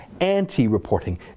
anti-reporting